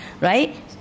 Right